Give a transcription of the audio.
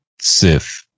Sith